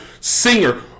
singer